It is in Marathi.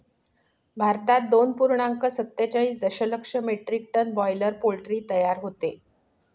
भारतात दोन पूर्णांक सत्तेचाळीस दशलक्ष मेट्रिक टन बॉयलर पोल्ट्री तयार होते